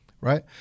right